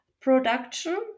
production